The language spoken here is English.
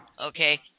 okay